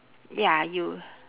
ya you